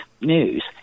news